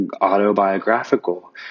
autobiographical